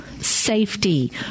safety